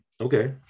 Okay